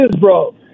bro